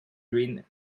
grin